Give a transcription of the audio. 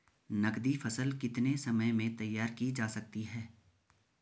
नगदी फसल कितने समय में तैयार की जा सकती है?